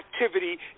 activity